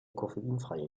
koffeinfreie